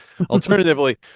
alternatively